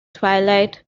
twilight